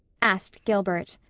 asked gilbert.